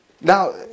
Now